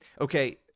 Okay